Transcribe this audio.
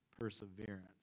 perseverance